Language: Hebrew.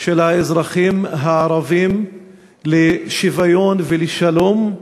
של האזרחים הערבים לשוויון ולשלום,